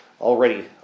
already